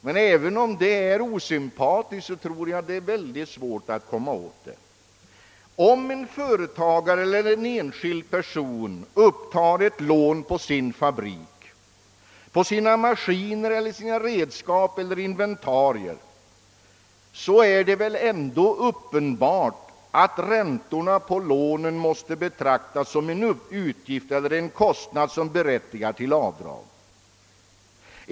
Men även om det är osympatiskt, tror jag det är mycket svårt att komma åt det. Om en företagare eller enskild person upptar ett lån på sin fabrik, på sina maskiner, redskap eller inventarier är det väl uppenbart att räntorna på lånen måste betraktas som en kostnad som berättigar till avdrag.